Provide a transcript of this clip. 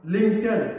LinkedIn